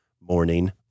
morning